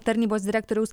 tarnybos direktoriaus